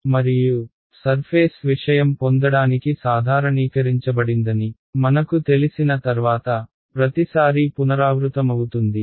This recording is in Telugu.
మరియు సర్ఫేస్ విషయం పొందడానికి సాధారణీకరించబడిందని మనకు తెలిసిన తర్వాత ప్రతిసారీ పునరావృతమవుతుంది